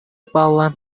паллӑ